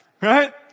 right